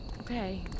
Okay